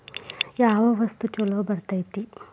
ಯಾವ ವಸ್ತು ಛಲೋ ಬರ್ತೇತಿ?